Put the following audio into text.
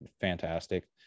fantastic